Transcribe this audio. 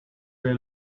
they